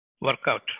workout